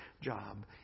job